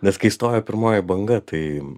nes kai stojo pirmoji banga tai